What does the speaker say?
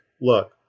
look